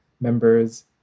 members